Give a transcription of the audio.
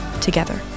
together